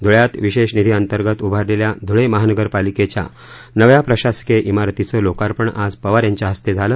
धुळ्यात विशेष निधीअंतर्गत उभारलेल्या धुळे महानगरपालिकेच्या नव्या प्रशासकीय शिरतीचं लोकार्पण आज पवार यांच्या हस्ते झालं